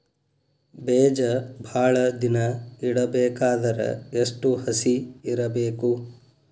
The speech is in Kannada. ಬೇಜ ಭಾಳ ದಿನ ಇಡಬೇಕಾದರ ಎಷ್ಟು ಹಸಿ ಇರಬೇಕು?